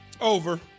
Over